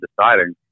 deciding